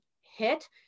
hit